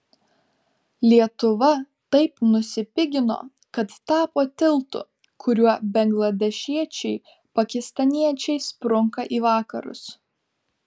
lietuva taip nusipigino kad tapo tiltu kuriuo bangladešiečiai pakistaniečiai sprunka į vakarus